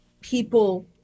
people